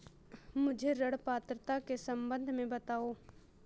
मुझे ऋण पात्रता के सम्बन्ध में बताओ?